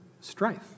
strife